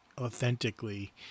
authentically